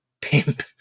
pimp